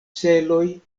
celoj